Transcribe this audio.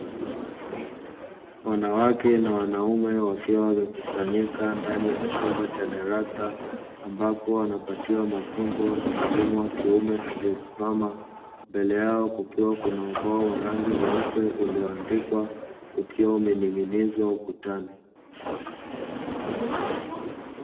Wanawake na wanaume wakiwa wamekusanyika ndani ya chumba cha darasa, ambapo wanapatiwa mafunzo na mwalimu wa kiume aliyesimama, mbele yao kukiwa na ubao wa rangi nyeupe ulioandikwa ukiwa umening'inizwa ukutani.